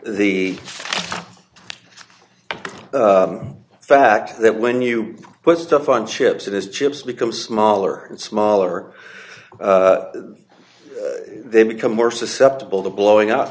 the fact that when you put stuff on chips it is chips become smaller and smaller they become more susceptible to blowing up